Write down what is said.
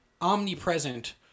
omnipresent